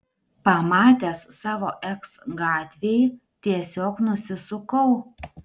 pamatęs savo eks gatvėj tiesiog nusisukau